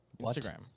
Instagram